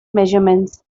measurements